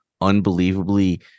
unbelievably